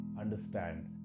understand